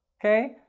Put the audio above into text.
okay,